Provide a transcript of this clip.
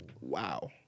Wow